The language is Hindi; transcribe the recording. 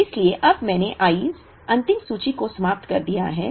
इसलिए अब मैंने I's अंतिम सूची को समाप्त कर दिया है